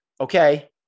okay